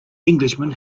englishman